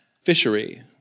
fishery